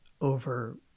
over